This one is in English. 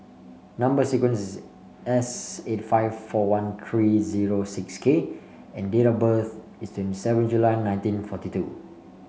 number sequence is S eighty five four one three zero six K and date of birth is twenty seven July nineteen forty two